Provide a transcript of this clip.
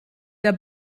der